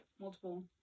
multiple